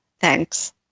thanks